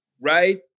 right